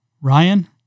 Ryan